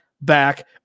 back